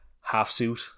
half-suit